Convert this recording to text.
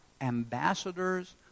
ambassadors